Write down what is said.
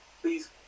please